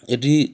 এটি